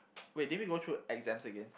wait did we go through exams again